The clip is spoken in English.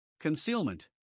Concealment